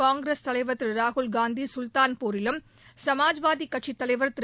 காங்கிரஸ் தலைவர் திரு ராகுல்காந்தி சுல்தான்பூரிலும் சமாஜ்வாதி கட்சித் தலைவர் திரு